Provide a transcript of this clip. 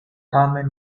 tamen